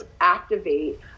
activate